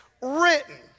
written